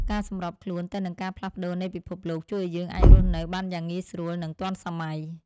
ការសម្របខ្លួនទៅនឹងការផ្លាស់ប្តូរនៃពិភពលោក ជួយឱ្យយើងអាចរស់នៅបានយ៉ាងងាយស្រួលនិងទាន់សម័យ។